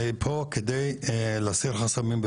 אני פה כדי להסיר חסמים,